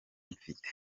mfite